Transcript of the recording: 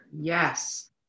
yes